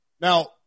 Now